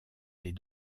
des